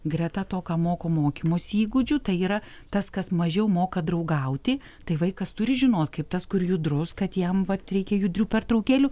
greta to ką moko mokymosi įgūdžių tai yra tas kas mažiau moka draugauti tai vaikas turi žinot kaip tas kur judrus kad jam vat reikia judrių pertraukėlių